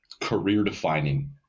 career-defining